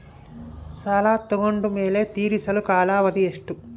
ಸಾಲ ತಗೊಂಡು ಮೇಲೆ ತೇರಿಸಲು ಕಾಲಾವಧಿ ಎಷ್ಟು?